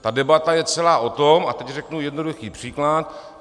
Ta debata je celá o tom a teď řeknu jednoduchý příklad.